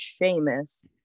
Seamus